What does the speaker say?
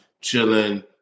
chilling